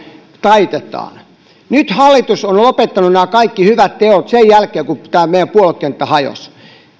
taitetaan nyt hallitus on lopettanut nämä kaikki hyvät teot sen jälkeen kun kun tämä meidän puoluekenttä hajosi